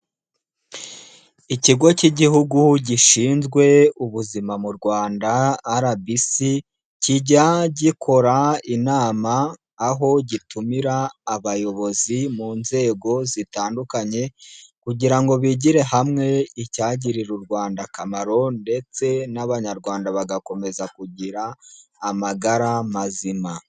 Ikigo k'Igihugu gishinzwe ubuzima mu Rwanda RBC,kijya gikora inama, aho gitumira abayobozi mu nzego zitandukanye kugira ngo bigire hamwe icyagirira u Rwanda akamaro ndetse n'Abanyarwanda bagakomeza kugira amagara mazima.